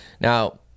Now